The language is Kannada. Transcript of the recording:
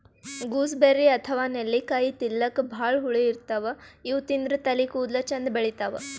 ಗೂಸ್ಬೆರ್ರಿ ಅಥವಾ ನೆಲ್ಲಿಕಾಯಿ ತಿಲ್ಲಕ್ ಭಾಳ್ ಹುಳಿ ಇರ್ತವ್ ಇವ್ ತಿಂದ್ರ್ ತಲಿ ಕೂದಲ ಚಂದ್ ಬೆಳಿತಾವ್